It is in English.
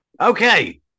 Okay